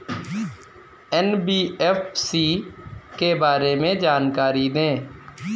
NBFC के बारे में जानकारी दें?